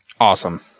awesome